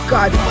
God